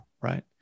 right